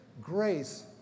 Grace